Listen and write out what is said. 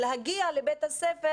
להגיע לבית הספר,